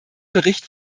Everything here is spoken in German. bericht